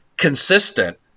Consistent